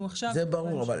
זה ברור.